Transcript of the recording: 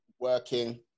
working